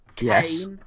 yes